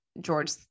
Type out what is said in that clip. George